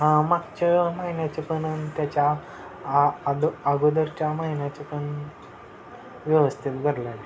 हां मागच्या महिन्याचे पण त्याच्या अदो अगोदरच्या महिन्याचे पण व्यवस्थित भरलेले